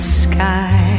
sky